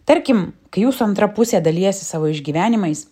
tarkim kai jūsų antra pusė dalijasi savo išgyvenimais